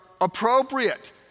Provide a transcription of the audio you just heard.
appropriate